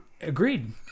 Agreed